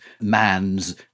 man's